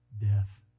Death